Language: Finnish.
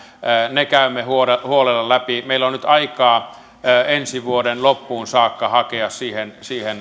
ne käymme huolella huolella läpi meillä on nyt aikaa ensi vuoden loppuun saakka hakea siihen